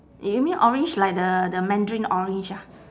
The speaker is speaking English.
you mean orange like the the mandarin orange ah